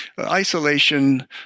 isolation